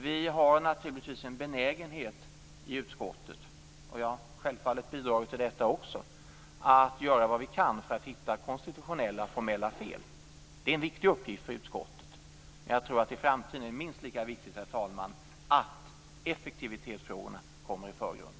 Vi har naturligtvis en benägenhet i utskottet - jag har också självfallet bidragit till detta - att göra vad vi kan för att hitta konstitutionella och formella fel. Det är en viktig uppgift för utskottet. Men jag tror att det i framtiden är minst lika viktigt, herr talman, att effektivitetsfrågorna kommer i förgrunden.